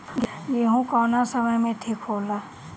गेहू कौना समय मे ठिक होला?